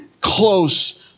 close